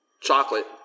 Chocolate